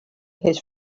his